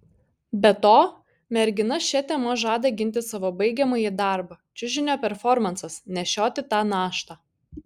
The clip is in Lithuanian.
be to mergina šia tema žada ginti savo baigiamąjį darbą čiužinio performansas nešioti tą naštą